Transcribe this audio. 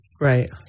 Right